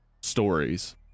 stories